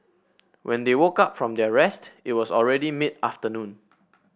when they woke up from their rest it was already mid afternoon